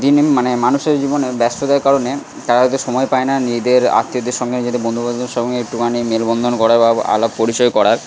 দিন দিন মানে মানুষের জীবনে ব্যস্ততার কারণে তারা হয়তো সময় পায় না নিজেদের আত্মীয়দের সঙ্গে নিজেদের বন্ধুবান্ধবদের সঙ্গে একটুখানি মেলবন্ধন করার বা আলাপ পরিচয় করার